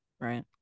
Right